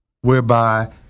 Whereby